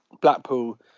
Blackpool